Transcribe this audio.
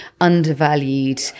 undervalued